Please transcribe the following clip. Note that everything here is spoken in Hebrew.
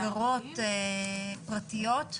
מסגרות פרטיות.